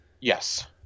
yes